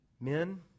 Men